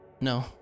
No